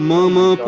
Mama